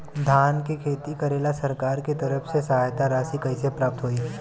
धान के खेती करेला सरकार के तरफ से सहायता राशि कइसे प्राप्त होइ?